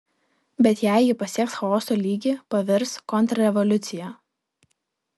bet jei ji pasieks chaoso lygį pavirs kontrrevoliucija